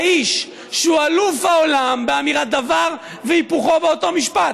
האיש שהוא אלוף העולם באמירת דבר והיפוכו באותו משפט.